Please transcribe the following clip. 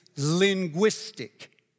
linguistic